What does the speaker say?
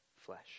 flesh